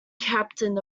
captain